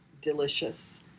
delicious